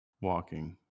Walking